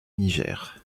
niger